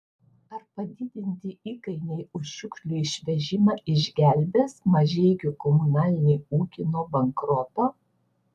ar padidinti įkainiai už šiukšlių išvežimą išgelbės mažeikių komunalinį ūkį nuo bankroto